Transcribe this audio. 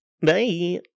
Bye